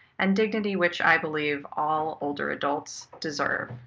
and dignity which i believe all older adults deserve.